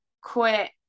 quit